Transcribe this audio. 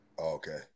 Okay